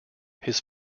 his